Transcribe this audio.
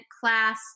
class